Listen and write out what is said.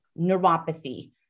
neuropathy